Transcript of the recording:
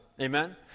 Amen